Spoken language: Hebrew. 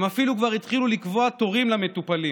הם אפילו כבר התחילו לקבוע תורים למטופלים,